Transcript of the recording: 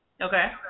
Okay